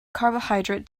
carbohydrate